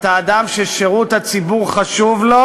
אתה אדם ששירות הציבור חשוב לו.